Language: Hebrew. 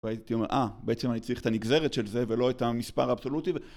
והייתי אומר אה בעצם אני צריך את הנגזרת של זה ולא את המספר האבסולוטי